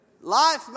Life